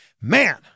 man